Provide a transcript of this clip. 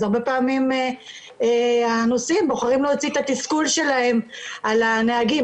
אז הרבה פעמים הנוסעים בוחרים להוציא את התסכול שלהם על הנהגים.